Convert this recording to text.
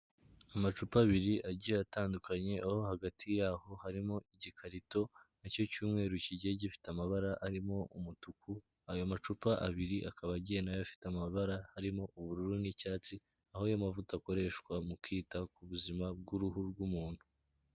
Amacupa abiri agiye atandukanye aho hagati y'aho harimo igikarito nacyo cy'umweru kigiye gifite amabara arimo umutuku ayo macupa abiri akaba agiye nayo afite amabara harimo ubururu n'icyatsi, aho ayo mavuta akoreshwa mu kwita ku buzima bw'uruhu rw'umuntu.